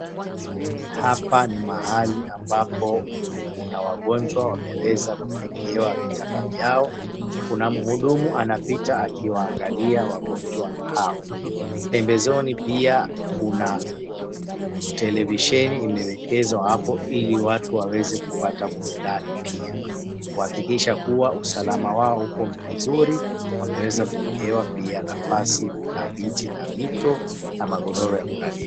Hapa ni mahali ambapo kuna wagonjwa wameweza kuwekewa vitanda vyao ,kuna mhudumu anapita akiangalia wagonjwa hao. Pembezoni pia kuna televisheni imewekezwa hapo ili watu waweze kupata burudani pia, kuhakikisha kuwa usalama wao uko vizuri wamewaeza kuwekewa pia nafasi na viti na mito na magodoro ya kulalia.